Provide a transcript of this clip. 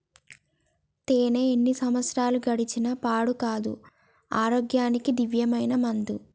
తేనే ఎన్ని సంవత్సరాలు గడిచిన పాడు కాదు, ఆరోగ్యానికి దివ్యమైన మందు